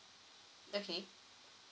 okay